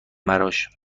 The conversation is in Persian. براش